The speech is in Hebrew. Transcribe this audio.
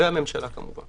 והממשלה כמובן.